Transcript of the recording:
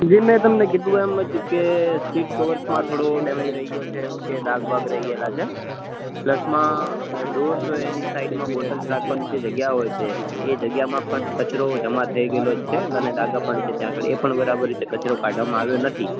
જી મેં તમને કીધું એમ જ કે સીટ કવર્સમાં થોડો ડેમેજ રહી ગયો છે ડાઘ બાઘ રહી ગયેલા છે પ્લસમાં ડોર્સ એની સાઇડમાં બોટલ્સ રાખવાની જે જગ્યા હોય છે એ જગ્યામાં પણ કચરો જમા થઈ ગયેલો છે અને ડાઘા પણ છે ત્યાં આગળ એ પણ બરાબર રીતે કચરો કાઢવામાં આવ્યો નથી